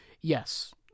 yes